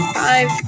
five